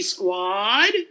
Squad